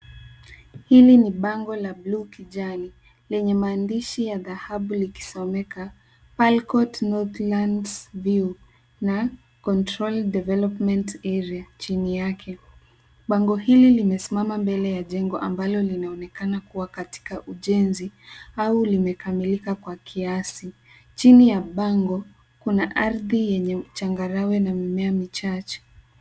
Hili ni bango la bluu kijani lenye maandishi ya dhahabu likisomeka, Falcot northlands view, na, controlled development area, chini yake. Bango hili limesimama mbele ya jengo ambalo linaonekana kuwa katika ujenzi au limekamilika kwa kiasi. Chini ya bango, kuna ardhi yenye changarawe na mimea michache.